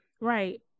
Right